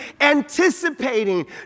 anticipating